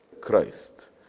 Christ